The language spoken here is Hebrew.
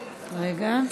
אנחנו,